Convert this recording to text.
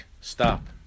stop